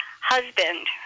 husband